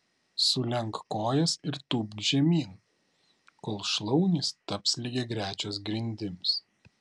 sulenk kojas ir tūpk žemyn kol šlaunys taps lygiagrečios grindims